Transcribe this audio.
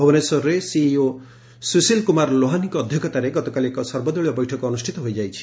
ଭୁବନେଶ୍ୱରରେ ସିଇଓ ସ୍ରଶୀଲ କୁମାର ଲୋହାନିଙ୍କ ଅଧ୍ଧକ୍ଷତରେ ଗତକାଲି ଏକ ସର୍ବଦଳୀୟ ବୈଠକ ଅନୁଷ୍ଷିତ ହୋଇଯାଇଛି